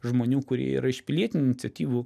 žmonių kurie yra iš pilietinių iniciatyvų